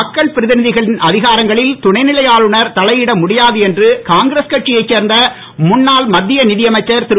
மக்கள் பிரதிநிதிகளின் அதிகாரங்களில் துணைநிலை ஆளுநர் தலையிட முடியாது என்று காங்கிரஸ் கட்சியை சேர்ந்த முன்னாள் மத்திய அமைச்சர் திரு